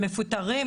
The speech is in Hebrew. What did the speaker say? אנשים מפוטרים,